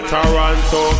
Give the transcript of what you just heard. Toronto